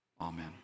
Amen